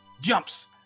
jumps